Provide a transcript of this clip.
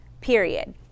period